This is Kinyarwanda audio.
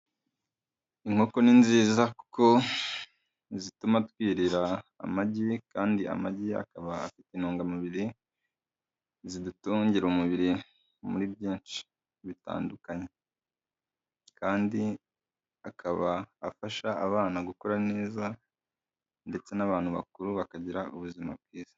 Inkoko ni nziza kuko zituma twirira amagi kandi amagi akaba afite intungamubiri zidutungira umubiri muri byinshi bitandukanye kandi akaba afasha abana gukura neza ndetse n'abantu bakuru bakagira ubuzima bwiza.